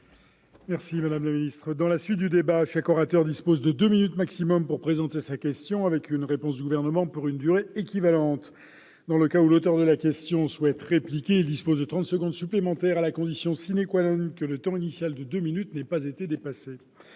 au débat interactif. Je rappelle que chaque orateur dispose de deux minutes au maximum pour présenter sa question, avec une réponse du Gouvernement pour une durée équivalente. Dans le cas où l'auteur de la question souhaite répliquer, il dispose de trente secondes supplémentaires, à la condition que le temps initial de deux minutes n'ait pas été dépassé.